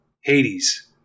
Hades